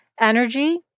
energy